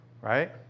right